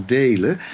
delen